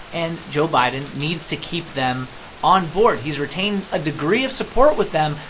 and joe biden needs to keep them on board. he's retained a degree of support with them,